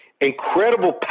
incredible